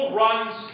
runs